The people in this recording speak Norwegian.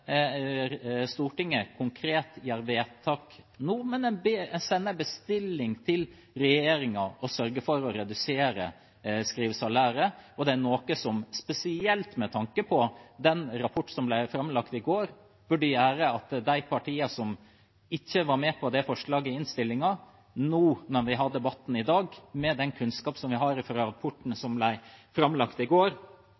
Stortinget konkret gjør vedtak nå, men en sender en bestilling til regjeringen om å sørge for å redusere skrivesalæret. Spesielt med tanke på den rapporten som ble framlagt i går, er det noe som burde gjøre at flere av de partiene som ikke var med på forslaget i innstillingen – nå når vi har debatten i dag, og med den kunnskapen vi har fra rapporten